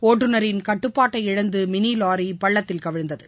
ஒட்டுநரின் கட்டுப்பாட்டை இழந்து mini lorry பள்ளத்தில் கவிழ்ந்தது